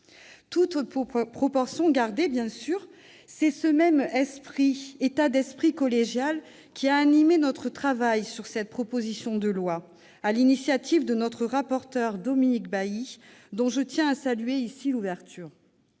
Toutes proportions gardées, bien sûr, c'est ce même état d'esprit collégial qui a animé notre travail sur cette proposition de loi issue de l'initiative de notre rapporteur Dominique Bailly, dont je tiens à saluer ici l'ouverture